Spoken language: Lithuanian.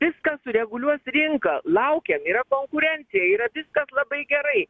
viską sureguliuos rinka laukiam yra konkurencija yra viskas labai gerai